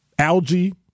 Algae